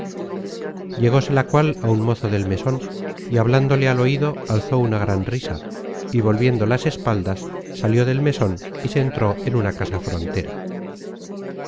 arabia llegóse la cual á un mozo del meson y hablándole al oido alzó una gran risa y volviendo las espaldas salió del meson y se entró en una casa frontera